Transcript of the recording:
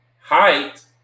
height